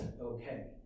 okay